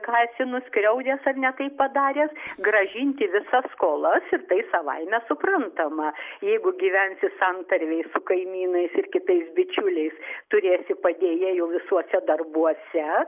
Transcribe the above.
ką esi nuskriaudęs ar ne taip padaręs grąžinti visas skolas ir tai savaime suprantama jeigu gyvensi santarvėj su kaimynais ir kitais bičiuliais turėsi padėjėjų visuose darbuose